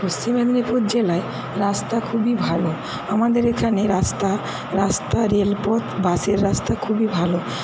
পশ্চিম মেদনীপুর জেলায় রাস্তা খুবই ভালো আমাদের এখানে রাস্তা রাস্তা রেলপথ বাসের রাস্তা খুবই ভালো